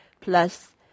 plus